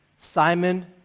Simon